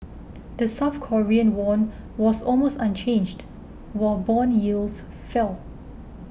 the South Korean won was almost unchanged while bond yields fell